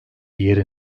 yeri